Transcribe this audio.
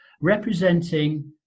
representing